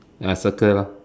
uh circle lor